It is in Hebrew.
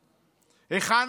היכן המשילות?